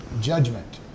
judgment